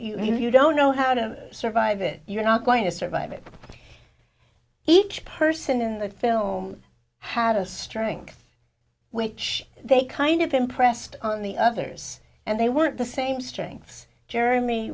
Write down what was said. know you don't know how to survive it you're not going to survive it but each person in the film had a strength which they kind of impressed on the others and they want the same strengths jeremy